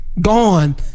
Gone